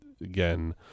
Again